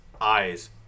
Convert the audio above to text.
eyes